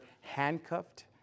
handcuffed